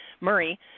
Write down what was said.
Murray